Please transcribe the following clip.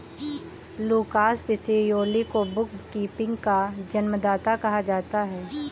Lucas Pacioli को bookkeeping का जन्मदाता कहा जाता है